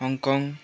Hong Kong